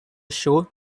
show